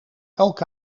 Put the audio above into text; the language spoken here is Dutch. elke